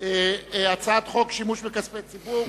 הצעת חוק שימוש בכספי ציבור,